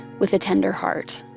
with a tender heart.